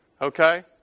okay